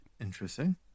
Interesting